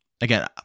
Again